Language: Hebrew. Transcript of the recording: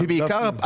בעיקר,